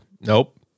nope